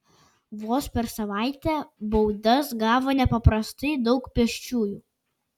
vos per savaitę baudas gavo nepaprastai daug pėsčiųjų